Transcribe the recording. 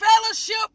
fellowship